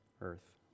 earth